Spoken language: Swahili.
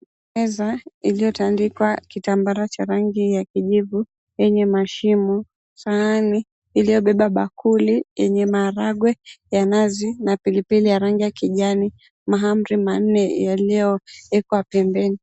Meza iliyotandikwa kitambara cha rangi ya kijivu yenye mashimo. Sahani iliyobeba bakuli yenye maharagwe ya nazi na pilipili ya rangi ya kijani, mahamri manne yaliyowekwa pembeni.